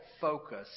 focus